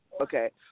okay